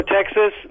Texas